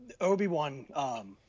Obi-Wan